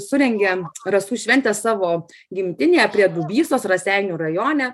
surengėm rasų šventę savo gimtinėje prie dubysos raseinių rajone